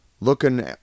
looking